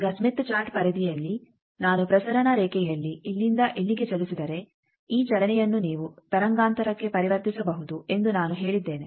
ಈಗ Smith chart ಪರಿಧಿಯಲ್ಲಿ ನಾನು ಪ್ರಸರಣ ರೇಖೆಯಲ್ಲಿ ಇಲ್ಲಿಂದ ಇಲ್ಲಿಗೆ ಚಲಿಸಿದರೆ ಈ ಚಲನೆಯನ್ನು ನೀವು ತರಂಗಾಂತರಕ್ಕೆ ಪರಿವರ್ತಿಸಬಹುದು ಎಂದು ನಾನು ಹೇಳಿದ್ದೇನೆ